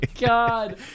God